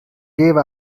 gave